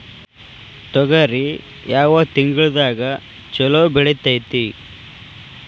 ತೊಗರಿ ಯಾವ ತಿಂಗಳದಾಗ ಛಲೋ ಬೆಳಿತೈತಿ?